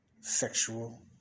sexual